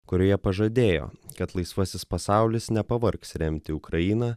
kurioje pažadėjo kad laisvasis pasaulis nepavargs remti ukrainą